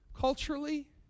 Culturally